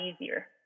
easier